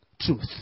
truth